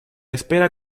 espera